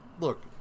look